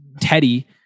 Teddy